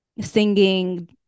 singing